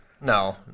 No